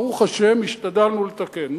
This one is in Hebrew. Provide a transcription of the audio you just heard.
ברוך השם, השתדלנו לתקן.